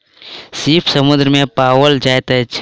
सीप समुद्र में पाओल जाइत अछि